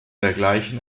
dergleichen